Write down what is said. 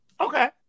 Okay